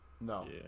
No